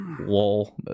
Whoa